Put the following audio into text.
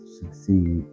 succeed